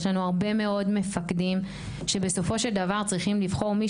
יש לנו הרבה מאוד מפקדים שבסופו של דבר צריכים לבחור.